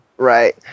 Right